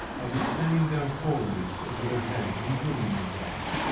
of extending their forelegs over their heads and grooming themselves,